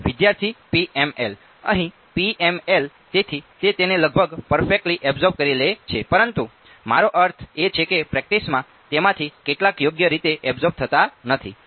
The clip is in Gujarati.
વિદ્યાથી PML અહીં PML તેથી તે તેને લગભગ પરફેકટલી અબ્સોર્બ કરી લે છે પરંતુ મારો અર્થ એ છે કે પ્રેક્ટીસમાં તેમાંથી કેટલાક યોગ્ય રીતે અબ્સોર્બ થતા નહિ